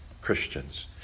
Christians